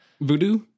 voodoo